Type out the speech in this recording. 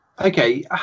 Okay